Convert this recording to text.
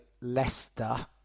Leicester